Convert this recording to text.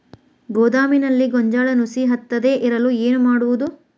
ಗೋದಾಮಿನಲ್ಲಿ ಗೋಂಜಾಳ ನುಸಿ ಹತ್ತದೇ ಇರಲು ಏನು ಮಾಡುವುದು?